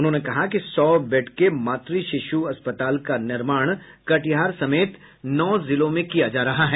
उन्होंने कहा कि सौ बेड के मातृ शिशु अस्पताल का निर्माण कटिहार समेत नौ जिलों में किया जा रहा है